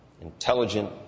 intelligent